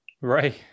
Right